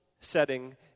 setting